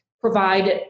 provide